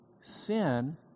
sin